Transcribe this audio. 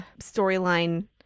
storyline